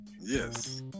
yes